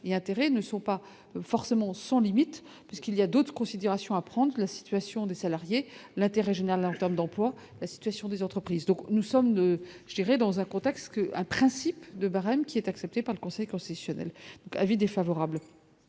et intérêts ne sont pas forcément sans limite, parce qu'il y a d'autres considérations, prendre la situation des salariés, l'intérêt général en terme d'emploi, la situation des entreprises, donc nous sommes, je dirais, dans un contexte qu'un principe de barèmes qui est acceptée par conséquent cessionnaire avis défavorable